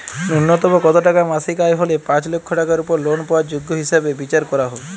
ন্যুনতম কত টাকা মাসিক আয় হলে পাঁচ লক্ষ টাকার উপর লোন পাওয়ার যোগ্য হিসেবে বিচার করা হবে?